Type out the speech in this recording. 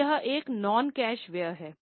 तोयह एक non cash व्यय है